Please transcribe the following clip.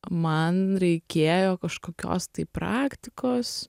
man reikėjo kažkokios tai praktikos